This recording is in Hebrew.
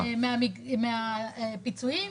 מהפיצויים,